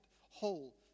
whole